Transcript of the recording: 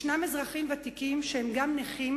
יש אזרחים ותיקים שהם גם נכים,